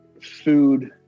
food